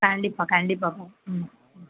கண்டிப்பாக கண்டிப்பாகப்பா ம் ம்